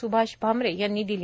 स्भाष भामरे यांनी दिली